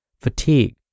fatigue